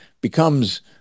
becomes